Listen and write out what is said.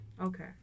Okay